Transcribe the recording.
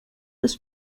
ist